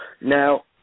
Now